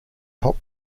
top